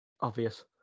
Obvious